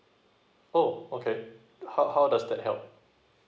oh okay how how does that help